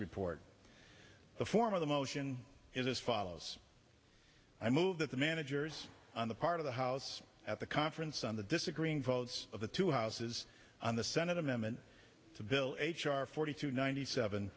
report the form of the motion is as follows i move that the managers on the part of the house at the conference on the disagreeing votes of the two houses on the senate amendment to bill h r forty two ninety seven